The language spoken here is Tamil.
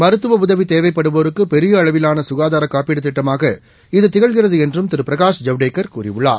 மருத்துவ உதவி தேவைப்படுவோருக்கு பெரிய அளவிலான ககாதார காப்பீடு திட்டமாக இது திகழ்கிறது என்றும் திரு பிரகாஷ் ஜவடேக்கர் கூறியுள்ளார்